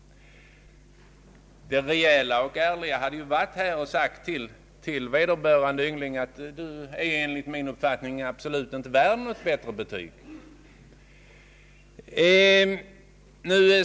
Det rejäla och ärliga svaret skulle vara att säga till denne pojke: Du är enligt min uppfattning absolut inte värd ett bättre betyg.